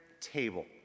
table